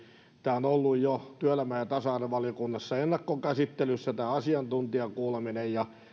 tämä on ollut jo työelämä ja ja tasa arvovaliokunnassa ennakkokäsittelyssä ja on ollut asiantuntijakuuleminen ja meillä on